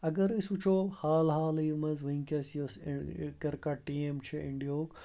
اگر أسۍ وٕچھو حال حالٕے منٛز وٕنۍکٮ۪س یُس کِرکَٹ ٹیٖم چھِ اِںڈیِہُک